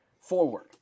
forward